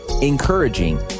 encouraging